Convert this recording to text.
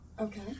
okay